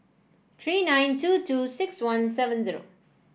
three nine two two six one seven zero